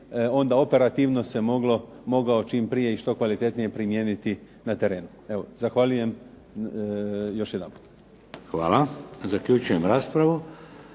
onda operativno se mogao čim prije i što kvalitetnije primijeniti na terenu. Evo zahvaljujem još jedanput. **Šeks, Vladimir